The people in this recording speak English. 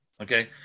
Okay